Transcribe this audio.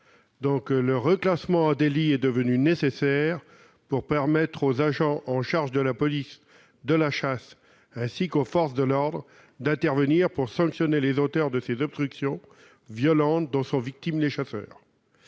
Le reclassement en délit est devenu nécessaire pour permettre aux agents chargés de la police de la chasse, ainsi qu'aux forces de l'ordre, d'intervenir pour sanctionner les auteurs d'obstructions violentes dont sont victimes les chasseurs.